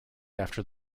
after